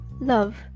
Love